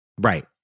Right